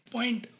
Point